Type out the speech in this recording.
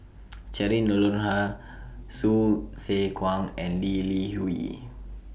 Cheryl Noronha Hsu Tse Kwang and Lee Li Hui